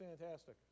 fantastic